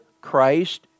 Christ